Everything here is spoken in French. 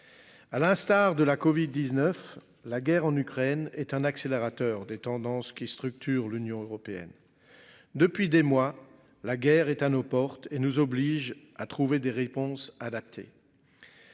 À l'instar de la Covid-19. La guerre en Ukraine est un accélérateur des tendances qui structure l'Union européenne. Depuis des mois, la guerre est à nos portes et nous oblige à trouver des réponses adaptées.